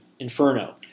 Inferno